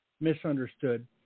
misunderstood